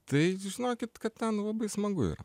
tai žinokit kad ten labai smagu yra